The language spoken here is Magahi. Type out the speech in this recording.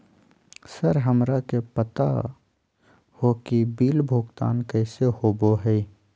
सर हमरा के बता हो कि बिल भुगतान कैसे होबो है?